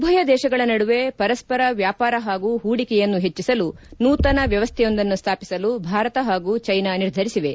ಉಭಯ ದೇಶಗಳ ನಡುವೆ ಪರಸ್ವರ ವ್ಯಾಪಾರ ಹಾಗೂ ಹೂಡಿಕೆಯನ್ನು ಹೆಚ್ಚಿಸಲು ನೂತನ ವ್ಯವಸ್ವೆಯೊಂದನ್ನು ಸ್ಲಾಪಿಸಲು ಭಾರತ ಹಾಗೂ ಚೈನಾ ನಿರ್ಧರಿಸಿವೆ